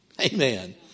Amen